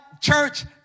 church